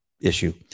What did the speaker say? issue